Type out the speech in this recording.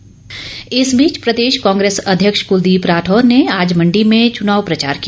कांग्रेस इस बीच प्रदेश कांग्रेस अध्यक्ष कलदीप राठौर ने आज मंडी में चुनाव प्रचार किया